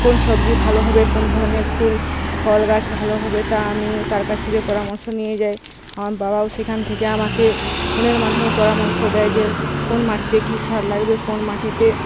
কোন সবজি ভালো হবে কোন ধরণের ফুল ফল গাছ ভালো হবে তা আমি তার কাছ থেকে পরামর্শ নিয়ে যাই আমার বাবাও সেখান থেকে আমাকে ফোনের মাধ্যমে পরামর্শ দেয় যে কোন মাটিতে কী সার লাগবে কোন মাটিতে